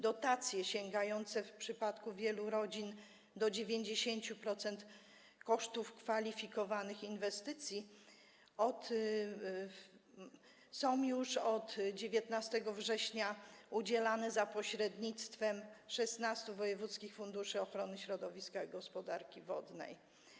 Dotacje sięgające w przypadku wielu rodzin do 90% kosztów kwalifikowanych inwestycji są już od 19 września udzielane za pośrednictwem 16 wojewódzkich funduszy ochrony środowiska i gospodarki wodnej.